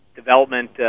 Development